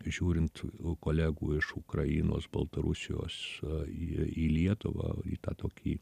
žiūrint kolegų iš ukrainos baltarusijos į į lietuvą į tą tokį